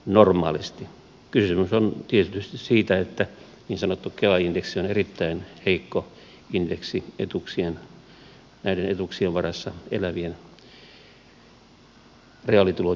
kysymys on tietysti siitä että niin sanottu kela indeksi on erittäin heikko indeksi näiden etuuksien varassa elävien reaalitulojen kannalta